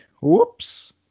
Whoops